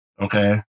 Okay